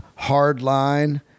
Hardline